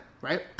right